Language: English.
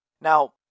Now